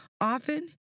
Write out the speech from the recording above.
Often